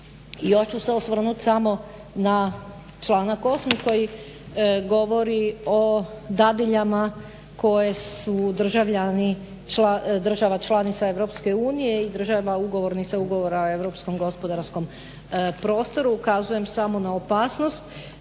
I još ću se osvrnuti samo na članak 8. koji govori o dadiljama koje su državljani država članica EU i država ugovornica Ugovora o europskom gospodarskom prostoru. Ukazujem samo na opasnost,